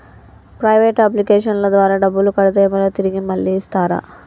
Private అప్లికేషన్ల ద్వారా డబ్బులు కడితే ఏమైనా తిరిగి మళ్ళీ ఇస్తరా?